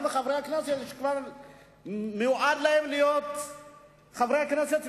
וחברי הכנסת היא שכבר מיועד להם תפקיד חברי הכנסת,